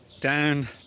down